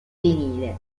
vinile